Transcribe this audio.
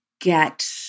get